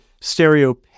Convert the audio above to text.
stereo